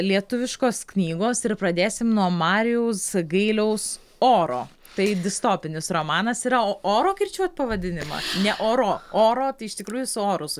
lietuviškos knygos ir pradėsim nuo marijaus gailiaus oro tai distopinis romanas yra oro kirčiuot pavadinimą ne oro oro tai iš tikrųjų su oru su